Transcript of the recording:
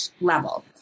level